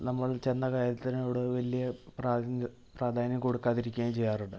നമ്മൾ ചെന്ന കാര്യത്തിനോട് വലിയ പ്രധാ പ്രാധാന്യം കൊടുക്കാതിരിക്കുകയും ചെയ്യാറുണ്ട്